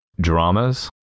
dramas